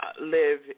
live